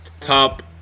Top